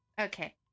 Okay